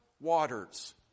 waters